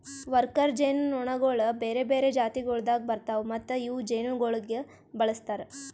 worker ಜೇನುನೊಣಗೊಳ್ ಬೇರೆ ಬೇರೆ ಜಾತಿಗೊಳ್ದಾಗ್ ಬರ್ತಾವ್ ಮತ್ತ ಇವು ಜೇನುಗೊಳಿಗ್ ಬಳಸ್ತಾರ್